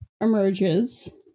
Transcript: emerges